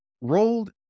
rolled